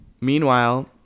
Meanwhile